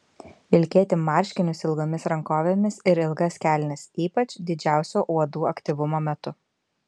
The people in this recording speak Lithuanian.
vilkėti marškinius ilgomis rankovėmis ir ilgas kelnes ypač didžiausio uodų aktyvumo metu